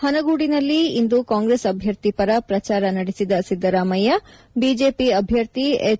ಹನಗೋಡಿನಲ್ಲಿ ಇಂದು ಕಾಂಗ್ರೆಸ್ ಅಭ್ಯರ್ಥಿ ಪರ ಪ್ರಚಾರ ನಡೆಸಿದ ಸಿದ್ದರಾಮಯ್ಯ ಬಿಜೆಪಿ ಅಭ್ಯರ್ಥಿ ಎಚ್